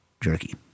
jerky